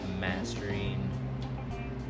mastering